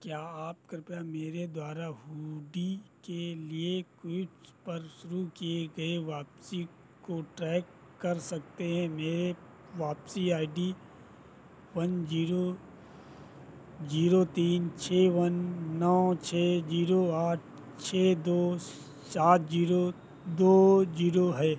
क्या आप कृपया मेरे द्वारा हूडी के लिए कुइट्स पर शुरू किए गए वापसी को ट्रैक कर सकते हैं मेरी वापसी I D one zero zero तीन छः वन नौ छः जीरो आठ छः दो सात जीरो दो जीरो है